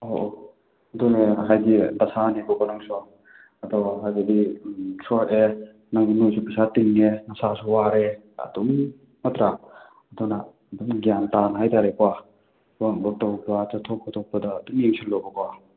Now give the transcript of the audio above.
ꯑꯧ ꯑꯧ ꯑꯗꯨꯅꯦ ꯍꯥꯏꯗꯤ ꯗꯁꯥꯅꯦꯕꯀꯣ ꯅꯪꯁꯨ ꯑꯗꯣ ꯍꯥꯏꯕꯗꯤ ꯁꯣꯛꯑꯦ ꯅꯣꯏꯒꯤ ꯏꯃꯨꯡꯁꯨ ꯄꯩꯁꯥ ꯇꯤꯉꯦ ꯅꯁꯥꯁꯨ ꯋꯥꯔꯦ ꯑꯗꯨꯝ ꯅꯠꯇ꯭ꯔꯥ ꯑꯗꯨꯅ ꯑꯗꯨꯝ ꯒ꯭ꯌꯥꯟ ꯇꯥꯅ ꯍꯥꯏ ꯇꯥꯔꯦꯀꯣ ꯑꯄꯥꯝꯕ ꯇꯧꯕ ꯆꯠꯊꯣꯛ ꯈꯣꯇꯣꯀꯄꯗ ꯑꯗꯨꯝ ꯌꯦꯡꯁꯤꯜꯂꯣꯕꯀꯣ